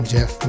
Jeff